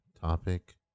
topic